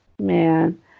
man